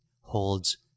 holds